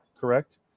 correct